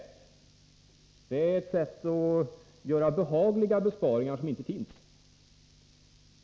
Det är ett sätt att göra behagliga besparingar som inte finns.